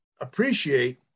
appreciate